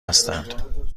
هستند